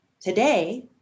today